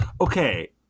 Okay